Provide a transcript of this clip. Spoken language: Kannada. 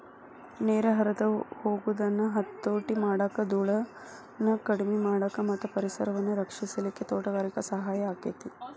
ನೇರ ಹರದ ಹೊಗುದನ್ನ ಹತೋಟಿ ಮಾಡಾಕ, ದೂಳನ್ನ ಕಡಿಮಿ ಮಾಡಾಕ ಮತ್ತ ಪರಿಸರವನ್ನ ರಕ್ಷಿಸಲಿಕ್ಕೆ ತೋಟಗಾರಿಕೆ ಸಹಾಯ ಆಕ್ಕೆತಿ